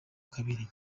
kabiri